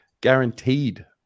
guaranteed